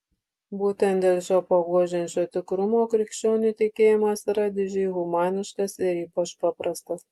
būtent dėl šio paguodžiančio tikrumo krikščionių tikėjimas yra didžiai humaniškas ir ypač paprastas